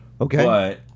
Okay